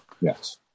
Yes